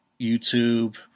YouTube